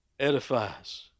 Edifies